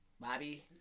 Bobby